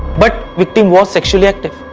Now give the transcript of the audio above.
but victim was sexually active.